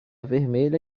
vermelha